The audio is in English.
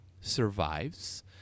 survives